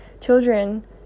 children